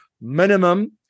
minimum